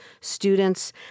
students